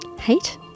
hate